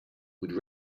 would